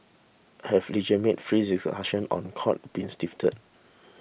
have legitimate free discussions on court cases been stifled